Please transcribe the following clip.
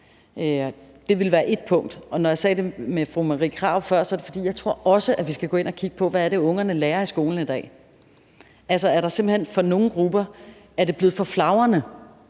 Det vil være ét punkt. Og når jeg før nævnte diskussionen med fru Marie Krarup, er det, fordi jeg også tror, at vi skal gå ind og kigge på, hvad ungerne lærer i skolen i dag. Er det simpelt hen for nogle grupper blevet for flagrende?